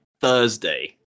Thursday